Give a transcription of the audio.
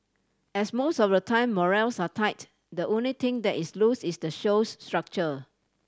as most of the time morals are tight the only thing that is loose is the show's structure